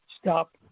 stop